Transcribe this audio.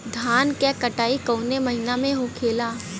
धान क कटाई कवने महीना में होखेला?